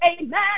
Amen